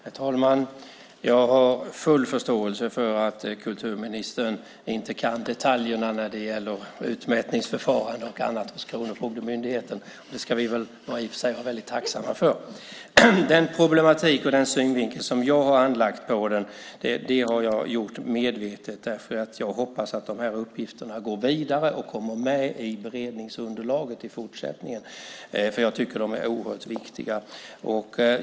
Herr talman! Jag har full förståelse för att kulturministern inte kan detaljerna när det gäller utmätningsförfarande och annat hos Kronofogdemyndigheten. Det ska vi väl i och för sig vara väldigt tacksamma för. Den problematik och synvinkel som jag anlagt på frågan har jag gjort medvetet. Jag hoppas nämligen att uppgifterna går vidare och kommer med i beredningsunderlaget i fortsättningen eftersom de är oerhört viktiga.